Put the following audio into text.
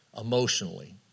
emotionally